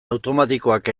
automatikoak